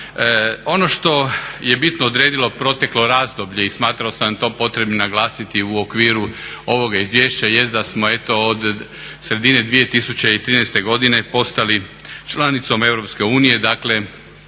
Ono što je bitno odredilo proteklo razdoblje i smatrao sam to potrebnim naglasiti u okviru ovoga izvješća jest da smo eto od sredine 2013. godine postali članicom Europske